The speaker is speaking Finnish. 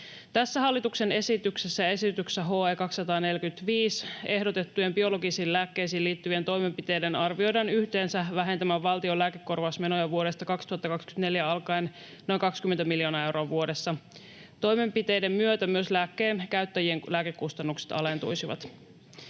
hallituksen esityksessä ja esityksessä HE 245 ehdotettujen, biologisiin lääkkeisiin liittyvien toimenpiteiden arvioidaan vähentävän valtion lääkekorvausmenoja vuodesta 2024 alkaen yhteensä noin 20 miljoonaa euroa vuodessa. Toimenpiteiden myötä myös lääkkeen käyttäjien lääkekustannukset alentuisivat.